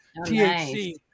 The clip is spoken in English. THC